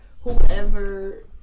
whoever